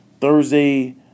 Thursday